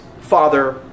father